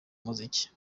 muziki